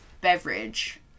beverage